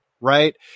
right